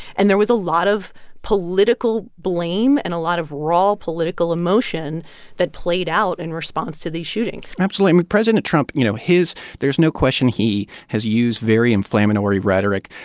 and there was a lot of political blame and a lot of raw political emotion that played out in response to these shootings absolutely. i mean, president trump you know, his there's no question he has used very inflammatory rhetoric.